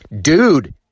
Dude